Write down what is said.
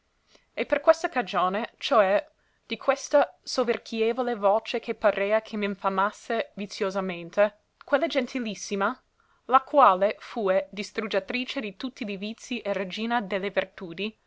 e per questa cagione cioè di questa soverchievole voce che parea che m'infamasse viziosamente quella gentilissima la quale fue distruggitrice di tutti li vizi e regina de le virtudi